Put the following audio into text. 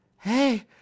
Hey